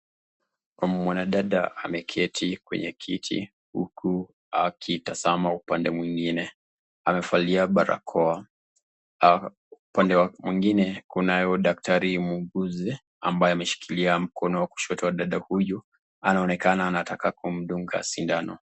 Mwanadada ameketi kwenye kiti huku akitazama upande mwingine, amevalia barakoa. Upande mwingine kunao daktari muuguzi ambaye ameshikilia mkono wa kushoto wa dada huyu anaonekana anataka kumdunga sindano.